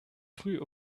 früh